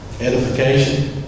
Edification